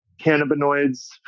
cannabinoids